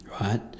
right